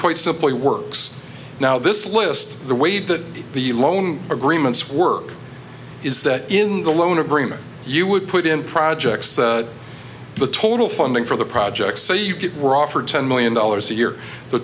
quite simply works now this list the way that the loan agreements work is that in the loan agreement you would put in projects the total funding for the projects so you get were offered ten million dollars a year the